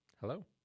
Hello